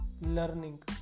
learning